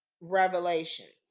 revelations